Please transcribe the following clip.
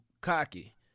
cocky